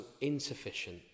insufficient